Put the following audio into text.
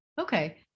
Okay